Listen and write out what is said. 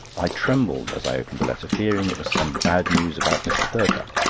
i trembled as i opened the letter, fearing it was some bad news about mr. perkupp.